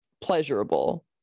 pleasurable